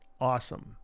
awesome